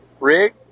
Rig